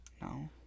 No